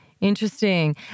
Interesting